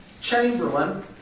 Chamberlain